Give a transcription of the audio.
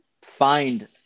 find